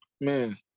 man